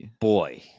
boy